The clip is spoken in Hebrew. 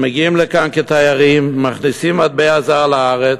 הם מגיעים לכאן כתיירים, מכניסים מטבע זר לארץ,